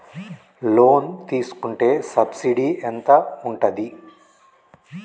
Loan తీసుకుంటే subsidy ఎంత ఉంటది?